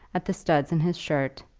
at the studs in his shirt,